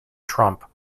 trump